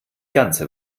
ganze